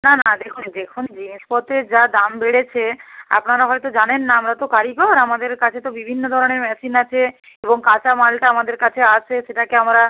না না দেখুন দেখুন জিনিসপত্রের যা দাম বেড়েছে আপনারা হয়তো জানেন না আমরা তো কারিগর আমাদের কাছে তো বিভিন্ন ধরনের মেশিন আছে এবং কাঁচা মালটা আমাদের কাছে আছে সেটাকে আমরা